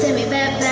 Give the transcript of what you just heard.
and me back